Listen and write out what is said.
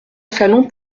salon